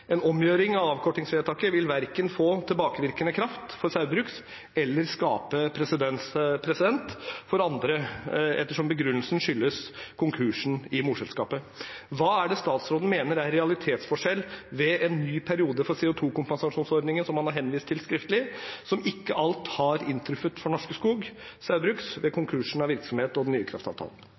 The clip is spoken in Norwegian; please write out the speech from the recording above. omgjøring av avkortingsvedtaket vil verken få tilbakevirkende kraft for Saugbrugs eller skape presedens for andre, ettersom begrunnelsen skyldes konkursen i morselskapet. Hva mener statsråden er realitetsforskjellen mellom en ny periode for CO 2 -kompensasjonsordningen – som han har henvist til skriftlig – som ikke alt har inntruffet for Norske Skog Saugbrugs ved konkursen av virksomheten, og den nye kraftavtalen?